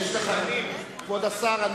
כבוד השר,